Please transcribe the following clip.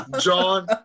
John